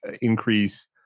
increase